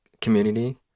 community